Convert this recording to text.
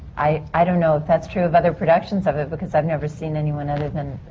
i. i don't know if that's true of other productions of it, because i've never seen any one other than.